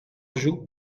jouent